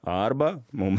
arba mum